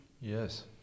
Yes